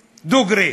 דוגרי.